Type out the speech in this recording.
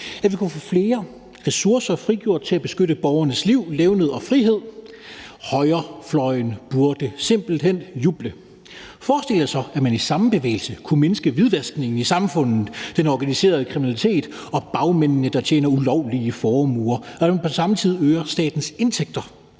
at vi kunne få flere ressourcer frigjort til at beskytte borgernes liv, levned og frihed. Højrefløjen burde simpelt hen juble. Forestil jer så, at man i den samme bevægelse kunne mindske hvidvaskningen i samfundet, den organiserede kriminalitet og bagmændene, der tjener ulovlige formuer, og at man på samme tid øger statens indtægter.